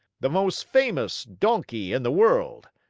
the most famous donkey in the world,